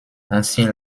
ancien